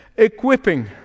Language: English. equipping